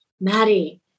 Maddie